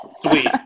Sweet